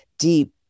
Deep